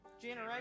Generation